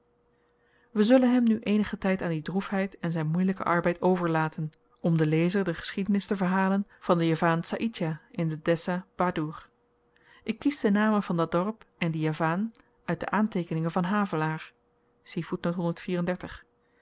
we zullen hem nu eenigen tyd aan die droefheid en zyn moeielyken arbeid overlaten om den lezer de geschiedenis te verhalen van den javaan saïdjah in de dessah badoer ik kies de namen van dat dorp en dien javaan uit de aanteekeningen van havelaar